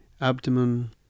abdomen